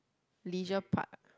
leisure part